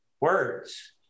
words